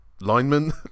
lineman